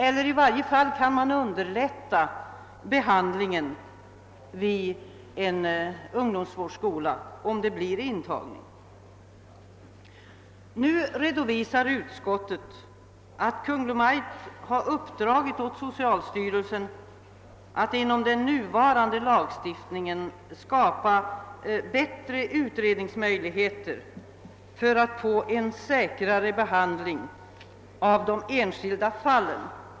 I varje fall kan man på så sätt underlätta behandlingen vid en ungdomsvårdskola om det blir fråga om intagning. Utskottet redovisar att Kungl. Maj:t uppdragit åt socialstyrelsen att inom den nuvarande lagstiftningens ram skapa bättre utredningsmöjligheter för att få en säkrare behandling av de enskilda fallen.